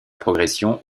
progression